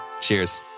Cheers